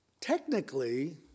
technically